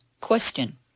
Question